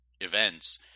events